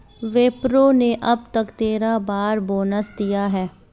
विप्रो ने अब तक तेरह बार बोनस दिया है